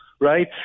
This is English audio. Right